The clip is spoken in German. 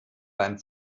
beim